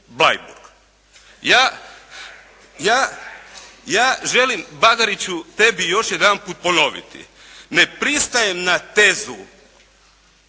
Bleiburg. Ja želim Bagariću tebi još jedan put ponoviti. Ne pristajem na tezu